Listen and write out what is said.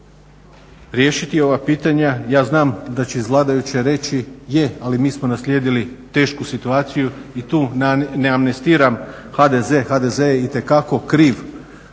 riješiti ova pitanja. Ja znam da će iz vladajuće reći je, ali mi smo naslijedili tešku situaciju i tu ne amnestiram HDZ. HDZ je itekako kriv